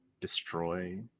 destroy